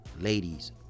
ladies